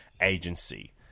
agency